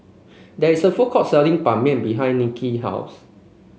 there is a food court selling Ban Mian behind Niki house